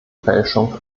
fälschung